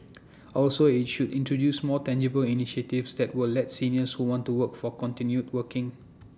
also IT should introduce more tangible initiatives that will let seniors who want to work to continue working